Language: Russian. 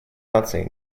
наций